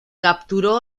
capturó